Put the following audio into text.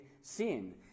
sin